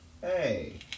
Hey